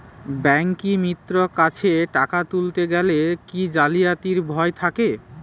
ব্যাঙ্কিমিত্র কাছে টাকা তুলতে গেলে কি জালিয়াতির ভয় থাকে?